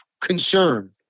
concern